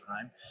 time